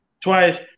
Twice